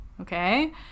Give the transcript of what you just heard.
okay